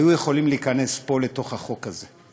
היו יכולים להיכנס לתוך החוק הזה.